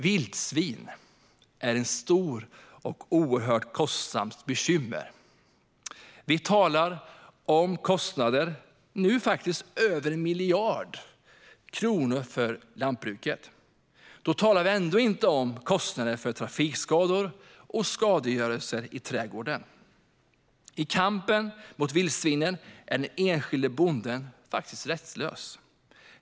Vildsvin är ett stort och kostsamt bekymmer. Det handlar om kostnader på över 1 miljard kronor för lantbruket, och då talar vi ändå inte om kostnader för trafikskador och skadegörelse i trädgårdar. I kampen mot vildsvinen är den enskilde bonden rättslös.